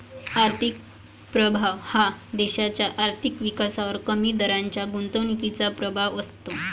आर्थिक प्रभाव हा देशाच्या आर्थिक विकासावर कमी दराच्या गुंतवणुकीचा प्रभाव असतो